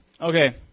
Okay